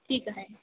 ठीक आहे